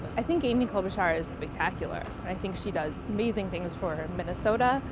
i think amy klobuchar is spectacular. i think she does amazing things for minnesota.